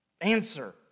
answer